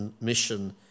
mission